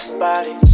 body